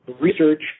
research